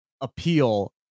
appeal